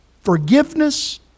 forgiveness